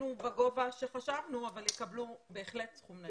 שחשבנו ובגובה שחשבנו אבל בהחלט יקבלו סכום.